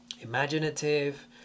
imaginative